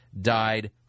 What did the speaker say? died